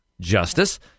Justice